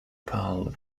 pal